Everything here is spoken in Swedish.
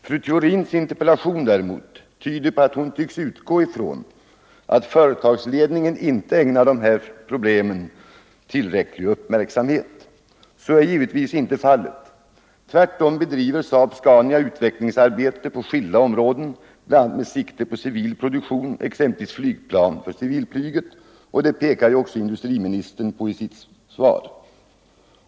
Fru Theorins interpellation däremot tyder på att hon utgår från att företagsledningen inte ägnar dessa problem tillräcklig uppmärksamhet. Så är givetvis inte fallet. Tvärtom bedriver SAAB-Scania utvecklingsarbete på skilda områden, bl.a. med sikte på civil produktion, exempelvis flygplan för civilflyget, och det pekar också industriministern på i sitt svar.